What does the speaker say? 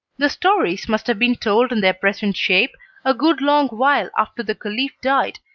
the stories must have been told in their present shape a good long while after the caliph died,